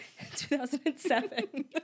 2007